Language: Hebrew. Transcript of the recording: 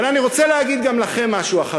אבל אני רוצה להגיד משהו גם לכם, החרדים,